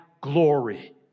glory